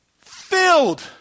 filled